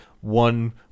one